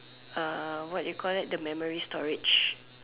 what you call that the memory storage